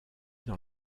dans